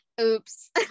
Oops